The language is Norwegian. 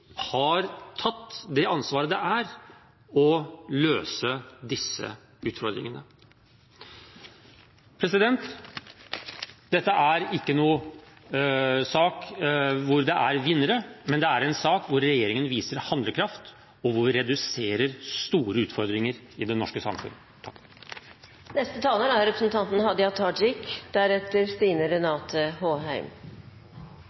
har tatt det ansvaret det er å løse disse utfordringene. Dette er ikke noen sak hvor det er vinnere, men det er en sak hvor regjeringen viser handlekraft, og hvor vi reduserer store utfordringer i det norske samfunn. Det er ikkje mogleg å fengsla seg til eit tryggare samfunn, og det er